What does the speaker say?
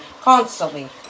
constantly